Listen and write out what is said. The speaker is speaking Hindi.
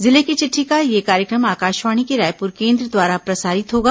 जिले की चिट़ठी का यह कार्यक्रम आकाशवाणी के रायप्र केंद्र द्वारा प्रसारित होगा